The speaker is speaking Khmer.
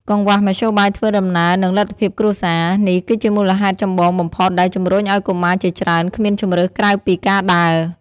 កង្វះមធ្យោបាយធ្វើដំណើរ និងលទ្ធភាពគ្រួសារ នេះគឺជាមូលហេតុចម្បងបំផុតដែលជំរុញឲ្យកុមារជាច្រើនគ្មានជម្រើសក្រៅពីការដើរ។